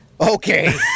Okay